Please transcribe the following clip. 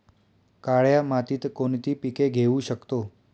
काळ्या मातीत कोणती पिके घेऊ शकतो?